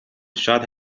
شاد